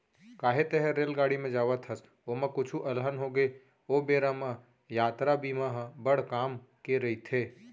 काहे तैंहर रेलगाड़ी म जावत हस, ओमा कुछु अलहन होगे ओ बेरा म यातरा बीमा ह बड़ काम के रइथे